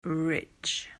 rich